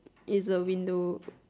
is a window